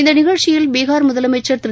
இந்த நிகழ்ச்சியில் பீகார் முதலமைச்சர் திரு